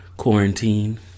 Quarantine